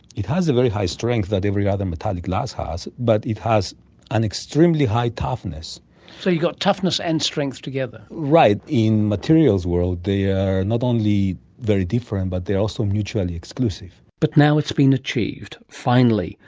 it has a very high strength that every other metallic glass has but it has an extremely high toughness. so you've got toughness and strength together. right, in the materials world they are not only very different but they are also mutually exclusive. but now it's been achieved, finally,